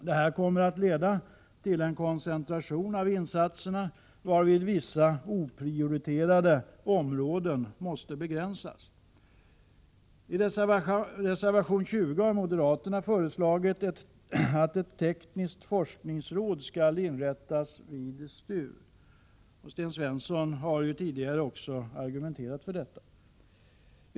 Detta kommer att leda till en koncentration av insatserna, varvid vissa oprioriterade områden måste begränsas. I reservation 20 har moderaterna föreslagit att ett tekniskt forskningsråd skall inrättas vid STU. Sten Svensson har ju tidigare argumenterat för detta.